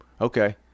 Okay